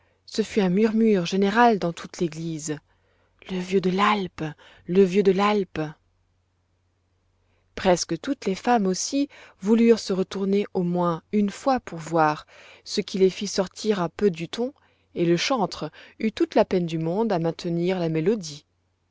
ce fut un murmure général dans toute l'église le vieux de l'alpe le vieux de l'alpe presque toutes les femmes aussi voulurent se retourner au moins une fois pour voir ce qui les fit sortir un peu du ton et le chantre eut toute la peine du monde à maintenir la mélodie